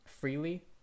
freely